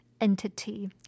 entity